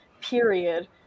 period